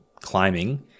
climbing